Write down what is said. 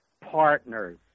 partners